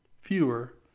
fewer